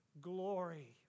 glory